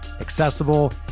accessible